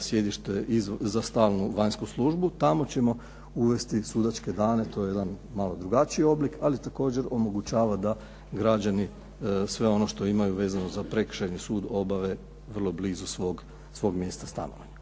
sjedište i za stalnu vanjsku službu, tamo ćemo uvesti sudačke dane. To je jedan malo drugačiji oblik, ali također omogućava da građani sve ono što imaju vezano za Prekršajni sud obave vrlo blizu svog mjesta stanovanja.